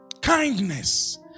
kindness